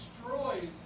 destroys